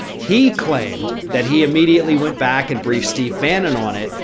he claimed that he immediately went back and brief steve bannon on it.